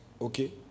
Okay